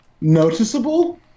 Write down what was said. noticeable